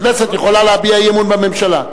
הכנסת יכולה להביע אי-אמון בממשלה.